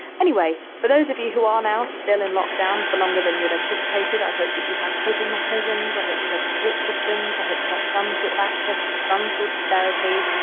anyway, for those of you who are now still in lockdown for longer than you had anticipated, i hope that you have coping mechanisms. i hope you have support systems. i hope you have some sort of access to some sort of therapy.